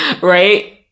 Right